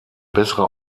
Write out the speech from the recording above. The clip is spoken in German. bessere